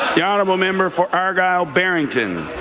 the honourable member for argyle-barrington.